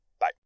Bye